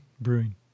Brewing